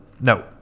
no